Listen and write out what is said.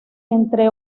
entre